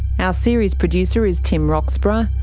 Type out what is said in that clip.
ah series producer is tim roxburgh,